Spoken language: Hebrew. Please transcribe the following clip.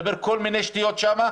מדבר כל מיני שטויות שם,